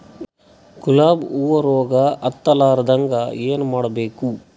ಗುಲಾಬ್ ಹೂವು ರೋಗ ಹತ್ತಲಾರದಂಗ ಏನು ಮಾಡಬೇಕು?